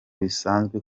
bisanzwe